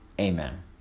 Amen